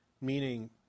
Meaning